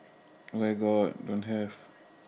where got don't have